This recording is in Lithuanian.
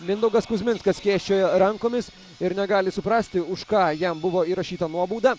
mindaugas kuzminskas skėsčioja rankomis ir negali suprasti už ką jam buvo įrašyta nuobauda